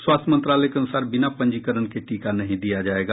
स्वास्थ्य मंत्रालय के अनुसार बिना पंजीकरण के टीका नहीं दिया जायेगा